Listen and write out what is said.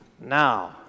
now